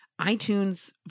iTunes